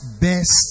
best